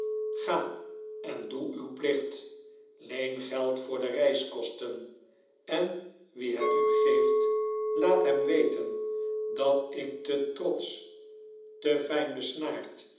ga en doe uw plicht leen geld voor de reiskosten en wie het u geeft laat hem weten dat ik te trotsch te fijnbesnaard